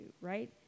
right